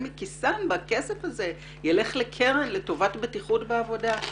מכיסם כדי שהכסף הזה ילך לקרן לבטיחות בעבודה.